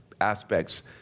aspects